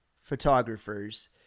photographers